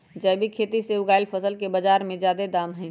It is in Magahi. जैविक खेती से उगायल फसल के बाजार में जादे दाम हई